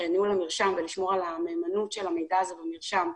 קיימת לצורך ניהול המרשם ולשמור על המהימנות של המידע הזה במרשם.